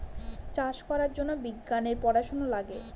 চাষ করার জন্য বিজ্ঞানের পড়াশোনা লাগে